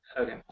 Okay